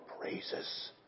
praises